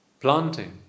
planting